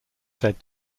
said